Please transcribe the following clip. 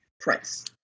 price